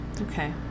Okay